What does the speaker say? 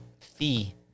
fee